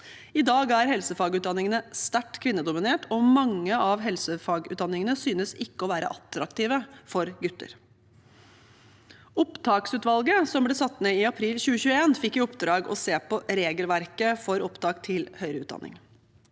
I dag er helsefagutdanningene sterkt kvinnedominert, og mange av helsefagutdanningene synes ikke å være attraktive for gutter. Opptaksutvalget, som ble satt ned i april 2021, fikk i oppdrag å se på regelverket for opptak til høyere utdanning.